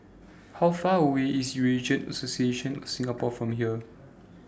How Far away IS Eurasian Association of Singapore from here